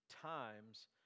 Times